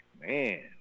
man